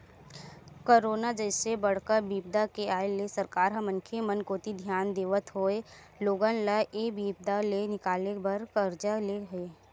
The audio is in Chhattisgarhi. करोना जइसे बड़का बिपदा के आय ले सरकार ह मनखे मन कोती धियान देवत होय लोगन ल ऐ बिपदा ले निकाले बर करजा ले हे